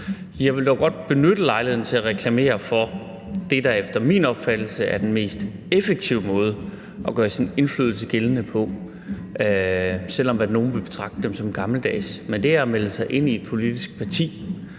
Jeg vil dog godt benytte lejligheden til at reklamere for det, der efter min opfattelse er den mest effektive måde at gøre sin indflydelse gældende på, selv om nogle vil betragte det som gammeldags, nemlig at melde sig ind i et politisk parti.